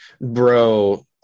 Bro